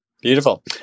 beautiful